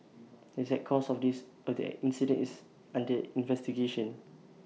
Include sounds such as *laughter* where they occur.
the exact cause of this *unintelligible* incidence under investigation